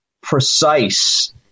precise